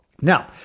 Now